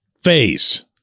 phase